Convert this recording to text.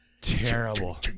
Terrible